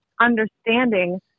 understanding